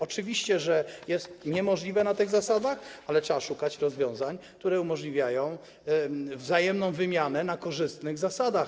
Oczywiście, że jest niemożliwe na tych zasadach, ale trzeba szukać rozwiązań, które umożliwiają wzajemną wymianę na korzystnych zasadach.